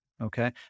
Okay